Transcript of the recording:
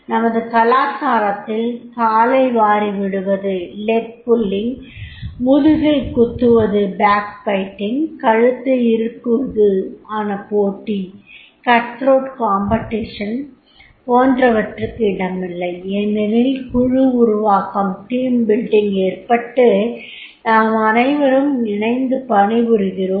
நமது கலாச்சாரத்தில் காலைவாரிவிடுவது முதுகில் குத்துவது கழுத்தை இறுக்குவதான போட்டி போன்றவற்றுக்கு இடமில்லை ஏனெனில் குழு உருவாக்கம் ஏற்பட்டு நாம் அனைவரும் இணைந்து பணிபுரிகிறோம்